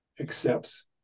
accepts